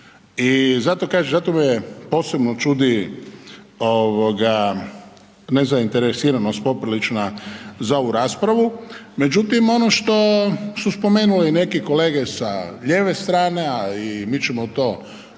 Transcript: zato me posebno čudi nezainteresiranost poprilična za ovu raspravu međutim ono što su spomenuli neki kolege sa lijeve strane a i mi ćemo to spomenuti